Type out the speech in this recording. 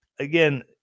Again